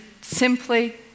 simply